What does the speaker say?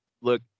look